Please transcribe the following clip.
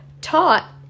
taught